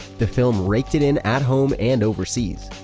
the film raked it in at home and overseas,